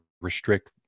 restrict